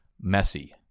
messy